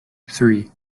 three